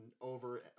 over